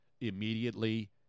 immediately